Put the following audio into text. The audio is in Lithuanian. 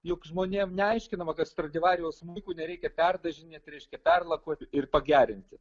juk žmonėm neaiškinama kas stradivarijaus smulkų nereikia perdažinėti reiškia perlakuoti ir pagerinti